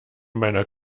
meiner